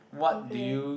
okay